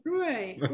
right